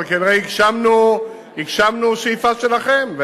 זה חוק שלנו, אבל כנראה הגשמנו שאיפה שלכם.